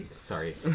sorry